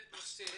זה נושא